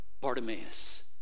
Bartimaeus